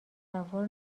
تصور